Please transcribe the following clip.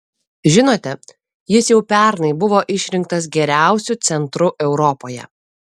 žinote jis jau pernai buvo išrinktas geriausiu centru europoje